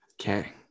okay